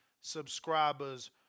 subscribers